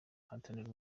ahatanira